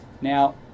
now